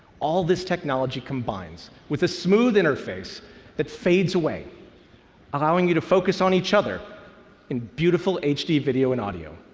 all this technology combines with a smooth interface that fades away an i louing you to focus on each other in beautiful hd video and audio.